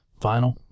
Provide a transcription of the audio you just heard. Vinyl